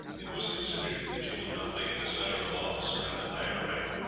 it was considered that you would not make a desirable officer in a higher rank.